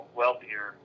wealthier